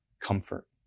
comfort